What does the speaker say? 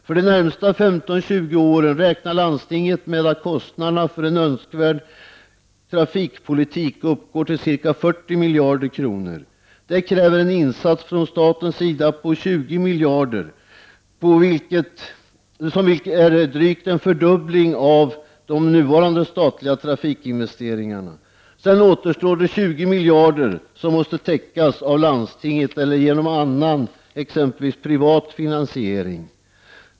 För de närmaste 15-20 åren räknar landstinget med att kostnaderna för en önskvärd trafikpolitik uppgår till ca 40 miljarder kronor. Detta kräver en insats från statens sida på 20 miljarder kronor, vilket är drygt en fördubbling av nuvarande statliga trafikinvesteringar. Sedan återstår 20 miljarder kronor som måste täckas av landstinget eller genom annan, exempelvis privat, finansiering.